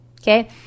okay